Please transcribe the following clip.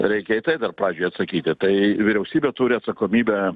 reikia į tai dar pradžiai atsakyti tai vyriausybė turi atsakomybę